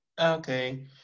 Okay